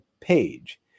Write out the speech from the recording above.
page